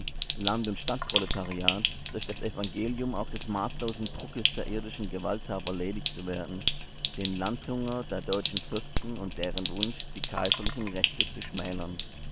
und stadtproletariats durch das evangelium auch des maßlosen druckes der irdischen gewalthaber ledig zu werden den landhunger der deutschen fürsten und deren wunsch die kaiserlichen rechte zu schmälern